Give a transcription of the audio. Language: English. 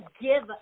give